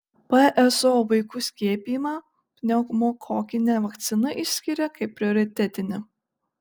pso vaikų skiepijimą pneumokokine vakcina išskiria kaip prioritetinį